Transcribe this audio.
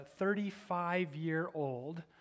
35-year-old